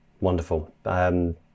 Wonderful